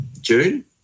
June